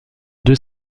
deux